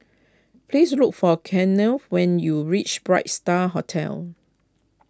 please look for Keanna when you reach Bright Star Hotel